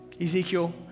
Ezekiel